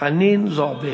חנין זועבי.